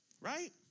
right